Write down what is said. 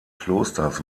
klosters